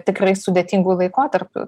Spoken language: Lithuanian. tikrai sudėtingu laikotarpiu